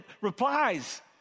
replies